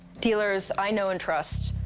dealers i know and trust,